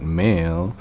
male